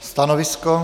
Stanovisko?